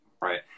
right